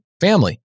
family